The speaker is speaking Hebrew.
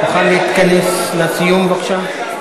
חבר הכנסת כץ, תוכל להתכנס לסיום, בבקשה?